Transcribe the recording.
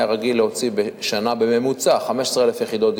היה רגיל להוציא בשנה בממוצע 15,000 יחידות דיור.